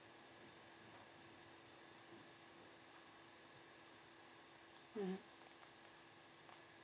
mm